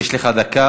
יש לך דקה.